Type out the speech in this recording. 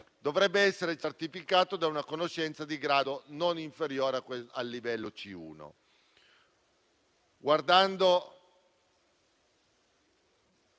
dovrebbe essere certificato da una conoscenza di grado non inferiore al livello C1. Passando